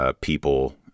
People